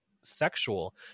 sexual